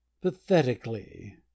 Pathetically